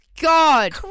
God